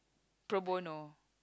pro bono